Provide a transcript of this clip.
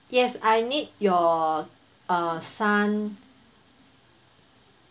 yes I need your uh son